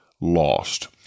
lost